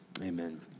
Amen